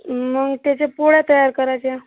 मग त्याच्या पोळ्या तयार करायच्या